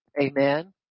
amen